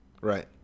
right